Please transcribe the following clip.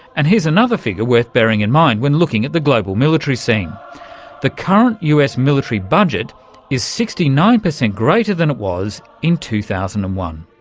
and here's another figure worth bearing in mind when looking at the global military scene the current us military budget is sixty nine percent greater than it was in two thousand and one.